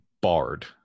barred